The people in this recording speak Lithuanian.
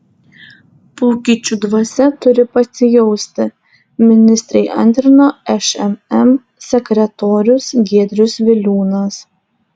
pokyčių dvasia turi pasijausti ministrei antrino šmm sekretorius giedrius viliūnas